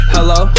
Hello